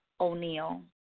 O'Neill